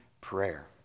prayer